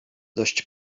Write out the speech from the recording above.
dość